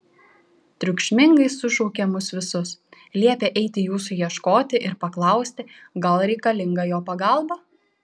triukšmingai sušaukė mus visus liepė eiti jūsų ieškoti ir paklausti gal reikalinga jo pagalba